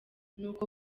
nuko